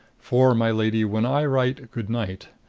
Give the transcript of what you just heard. for, my lady, when i write good night,